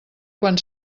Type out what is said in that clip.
quan